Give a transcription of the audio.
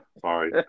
Sorry